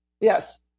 Yes